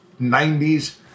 90s